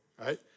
right